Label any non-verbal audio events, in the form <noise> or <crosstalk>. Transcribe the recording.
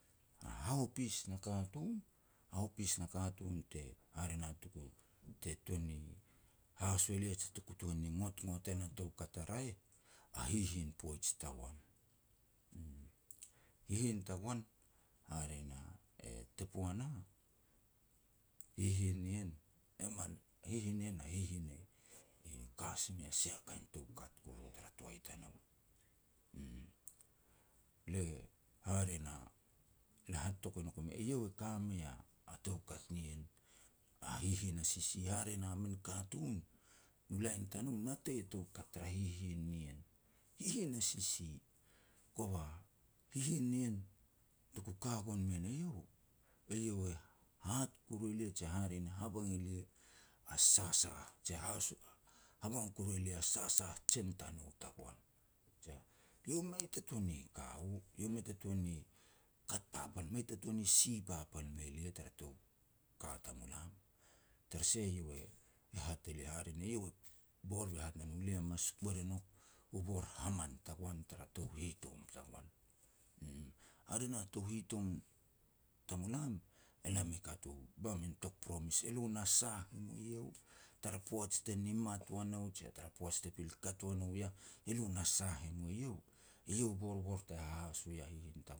Hahopis na katun, hahopis na katun te hare na tuku, <unintelligible> te tuan ni haso e lia je teku tuan ni ngotngot en a toukat a raeh, a hihin poij tagoan, uuh. Hihin tagoan hare na e Tepoana, hihin nien e mat. Hihin nien a hihin e ka si mei a sia kain toukat tara toai tanou, uum. Lia hare na, le hat tok e nouk e mi, eiau e ka mei a toukat nien, a hihin a sisi hare na min katun u lain tanou natei a toukat tara hihin nien, hihin a sisi. Kova hihin nien tuku ka gon mein eiau, eiau e hat kuru elia je hare ne habang elia a sasah, je haso <unintelligible> habang kuru elia a sasah jen tanou tagoan. Je iau mei ta tuan ni ka u, iau mei ta tuan ni kat papal, mei ta tuan ni si papal me lia tara tou ka tamulam. Tara sah iau e hat e lia hare ne iau e bor be hat ne no, "Li mas kuer e ngok u bor haman tagoan tara tou hitom tagoan", uum. Hare na tou hitom tamulam, elam e kat u, ba min tok promis, elo na sah mu eiau tara poaj te nimat ua nou je tara poaj te pil kat ua nou i yah, elo na sah e mu eiau. Eiau borbor te hahaso ya a hihin